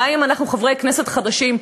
גם אם אנחנו חברי כנסת חדשים,